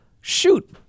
Shoot